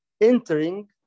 entering